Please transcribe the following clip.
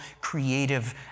creative